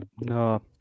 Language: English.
No